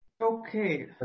Okay